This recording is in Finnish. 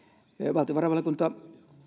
valtiovarainvaliokunta